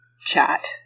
chat